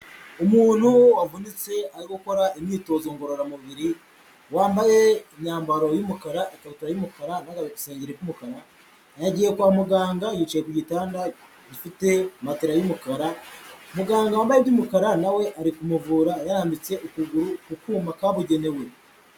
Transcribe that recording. Umuntu wavunitse ari gukora imyitozo ngororamubiri, wambaye imyambaro y'umukara, ikabutura y'umukara n'agasengeri k'umukara yagiye kwa muganga, yicaye ku gitanda gifite matera y'umukara, muganga wambaye iby'umukara na we ari kumuvura yarambitse ukuguru ku kuma kabugenewe.